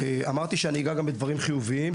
אמרתי שאגע גם בדברים חיוביים,